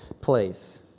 place